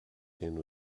hen